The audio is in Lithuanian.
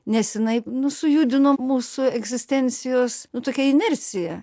nes jinai nu sujudino mūsų egzistencijos nu tokią inerciją